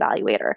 evaluator